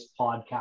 podcast